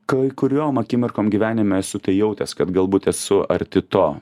kai kuriom akimirkom gyvenime esu tai jautęs kad galbūt esu arti to